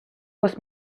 was